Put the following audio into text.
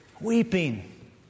Weeping